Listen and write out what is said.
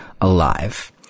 ALIVE